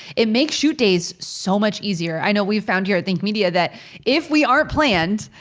it makes shoot days so much easier. i know we found here at think media that if we aren't planned,